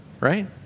Right